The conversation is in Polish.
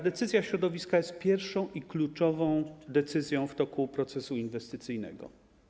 Decyzja środowiskowa jest pierwszą i kluczową decyzją w toku procesu inwestycyjnego.